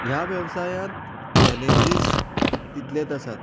ह्या वेवसायांत चॅलेंजीस तितलेत आसात